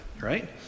Right